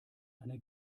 eine